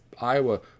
Iowa